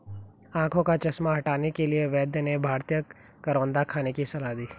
आंखों का चश्मा हटाने के लिए वैद्य ने भारतीय करौंदा खाने की सलाह दी